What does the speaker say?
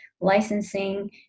licensing